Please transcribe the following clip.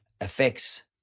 affects